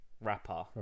rapper